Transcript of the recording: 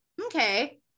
Okay